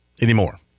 anymore